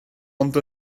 ond